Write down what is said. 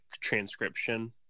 transcription